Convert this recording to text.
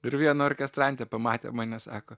ir viena orkestrantė pamatė mane sako